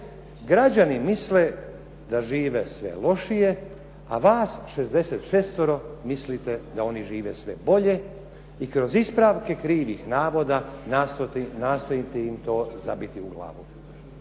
Građani misle da žive sve lošije, a vas 66 mislite da oni žive sve bolje i kroz ispravke krivih navoda nastojite im to zabiti u glavu.